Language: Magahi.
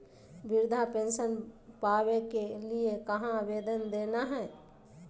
वृद्धा पेंसन पावे के लिए कहा आवेदन देना है?